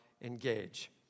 engage